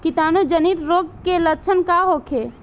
कीटाणु जनित रोग के लक्षण का होखे?